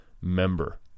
member